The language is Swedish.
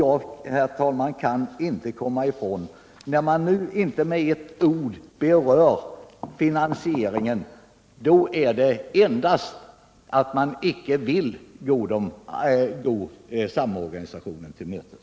Jag kan inte, herr talman, komma ifrån intrycket att man inte med ett enda ord berör finansieringsfrågan helt enkelt därför att man inte vill gå samorganisationen till mötes.